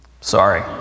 Sorry